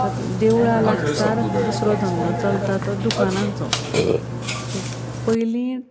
तातूंत देवळा लागसार दुसरो धंदो चलता तो दुकानांचो सो पयलीं